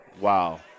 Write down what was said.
wow